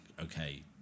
okay